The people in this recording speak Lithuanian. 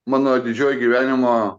mano didžioji gyvenimo